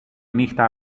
νύχτα